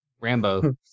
Rambo